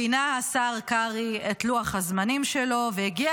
פינה השר קרעי את לוח הזמנים שלו והגיע